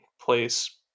place